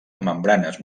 membranes